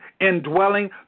indwelling